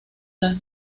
las